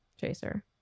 Chaser